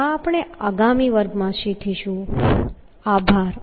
આ આપણે આગામી વર્ગમાં શીખીશું આભાર